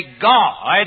God